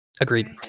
Agreed